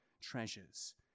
treasures